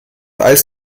eis